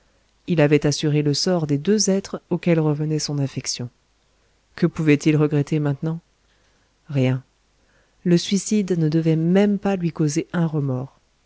il avait assuré le sort des deux êtres auxquels revenait son affection que pouvait-il regretter maintenant rien le suicide ne devait pas même lui causer un remords